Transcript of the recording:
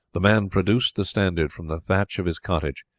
the man produced the standard from the thatch of his cottage,